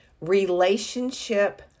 Relationship